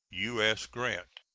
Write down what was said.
u s. grant.